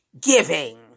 Giving